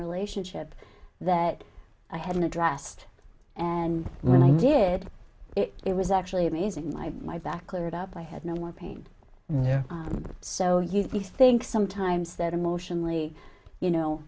relationship that i hadn't addressed and when i did it it was actually amazing like my back cleared up i had no more pain there so you think sometimes that emotionally you know